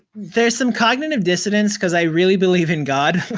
there's some cognitive dissidence cause i really believe in god,